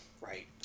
right